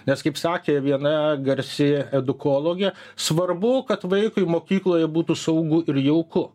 nes kaip sakė viena garsi edukologė svarbu kad vaikui mokykloje būtų saugu ir jauku